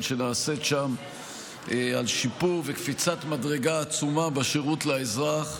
שנעשית שם ומשיפור וקפיצת מדרגה עצומה בשירות לאזרח,